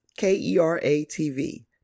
KERA-TV